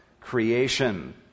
creation